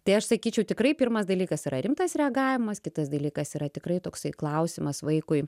tai aš sakyčiau tikrai pirmas dalykas yra rimtas reagavimas kitas dalykas yra tikrai toksai klausimas vaikui